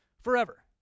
forever